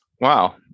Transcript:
Wow